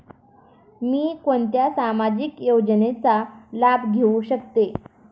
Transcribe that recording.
मी कोणत्या सामाजिक योजनेचा लाभ घेऊ शकते?